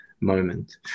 moment